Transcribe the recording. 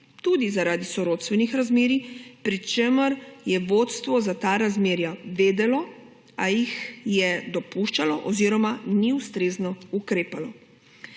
tudi zaradi sorodstvenih razmerij, pri čemer je vodstvo za ta razmerja vedelo, a jih je dopuščalo oziroma ni ustrezno ukrepalo.